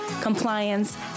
compliance